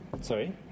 Sorry